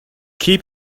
keep